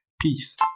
Peace